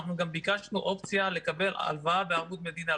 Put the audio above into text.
אנחנו גם ביקשנו אופציה לקבל הלוואה בערבות מדינה,